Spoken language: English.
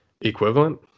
equivalent